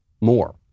more